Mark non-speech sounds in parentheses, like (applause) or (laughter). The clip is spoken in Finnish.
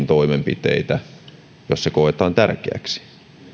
(unintelligible) toimenpiteitä jos se koetaan tärkeäksi